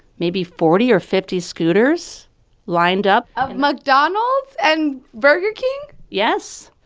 maybe forty or fifty scooters lined up of mcdonald's and burger king? yes,